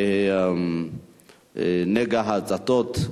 נגע ההצתות,